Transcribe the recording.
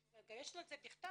וגם יש לי את זה בכתב,